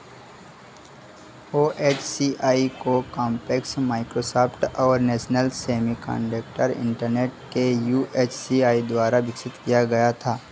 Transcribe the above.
O H C I को Compaq's Microsoft और National Semiconductor internet के यू एच सी आई द्वारा विकसित किया गया था